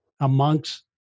amongst